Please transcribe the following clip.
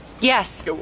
Yes